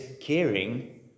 caring